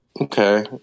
okay